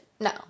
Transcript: No